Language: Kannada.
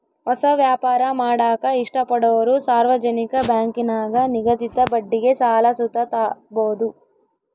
ಹೊಸ ವ್ಯಾಪಾರ ಮಾಡಾಕ ಇಷ್ಟಪಡೋರು ಸಾರ್ವಜನಿಕ ಬ್ಯಾಂಕಿನಾಗ ನಿಗದಿತ ಬಡ್ಡಿಗೆ ಸಾಲ ಸುತ ತಾಬೋದು